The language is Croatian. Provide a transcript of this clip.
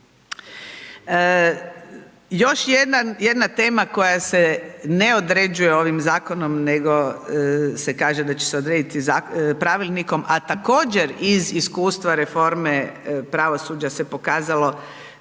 Još jedna tema koja se ne određuje ovim zakonom, nego se kaže da će se odrediti pravilnikom, a također iz iskustva reforme pravosuđa se pokazalo